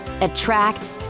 Attract